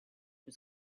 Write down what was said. was